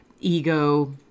ego